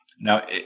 Now